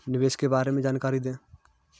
निवेश के बारे में जानकारी दें?